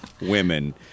women